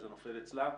זה נופל אצלה.